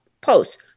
post